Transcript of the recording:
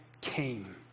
came